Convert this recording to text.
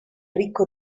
ricco